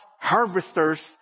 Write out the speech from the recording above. harvesters